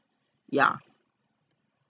ya